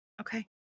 Okay